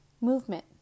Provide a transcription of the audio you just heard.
movement